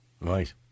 right